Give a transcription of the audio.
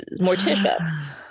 Morticia